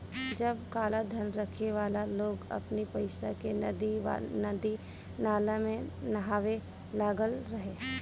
सब कालाधन रखे वाला लोग अपनी पईसा के नदी नाला में बहावे लागल रहे